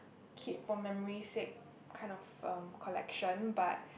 keep for memory sake kind of um collection but